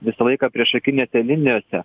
visą laiką priešakinėse linijose